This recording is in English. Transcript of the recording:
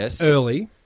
early